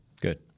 Good